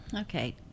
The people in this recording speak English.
Okay